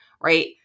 right